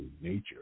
nature